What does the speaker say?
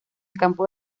campo